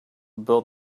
build